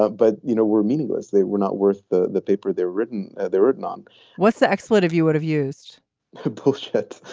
ah but, you know, we're meaningless. they were not worth the the paper. they're written. they're written on what's the excellent if you would have used to push that